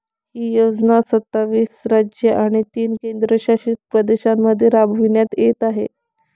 ही योजना सत्तावीस राज्ये आणि तीन केंद्रशासित प्रदेशांमध्ये राबविण्यात येत आहे